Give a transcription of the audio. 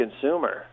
consumer